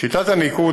שיטת הניקוד,